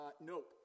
Nope